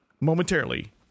momentarily